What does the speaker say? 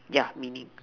yeah meaning